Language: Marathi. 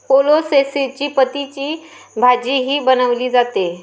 कोलोसेसी पतींची भाजीही बनवली जाते